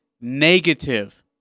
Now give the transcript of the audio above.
negative